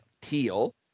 Teal